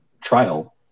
trial